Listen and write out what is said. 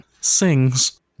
Sings